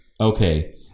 okay